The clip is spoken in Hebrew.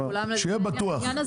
שיהיה בטוח.